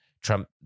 Trump